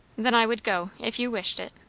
then i would go if you wished it.